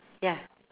ya